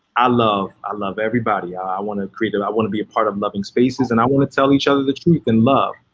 i love i love everybody, i wanna create it, i wanna be a part of loving spaces and i wanna tell each other the truth in love.